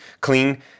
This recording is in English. clean